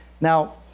Now